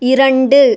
இரண்டு